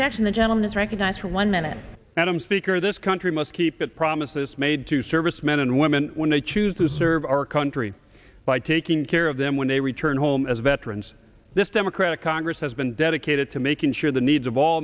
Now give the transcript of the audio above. objection the gentleman is recognized for one minute and i'm speaker this country must keep it promises made to service men and women when they choose to serve our country by taking care of them when they return home as veterans this democratic congress has been dedicated to making sure the needs of all